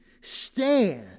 stand